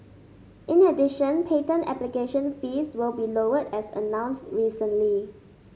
in addition patent application fees will be lowered as announced recently